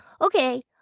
Okay